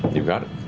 you got it.